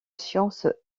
sciences